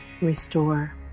restore